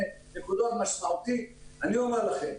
לכם,